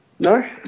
No